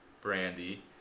brandy